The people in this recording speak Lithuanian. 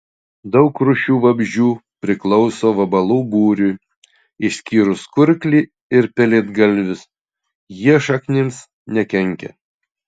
daug rūšių vabzdžių priklauso vabalų būriui išskyrus kurklį ir pelėdgalvius jie šaknims nekenkia